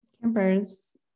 Campers